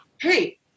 Hey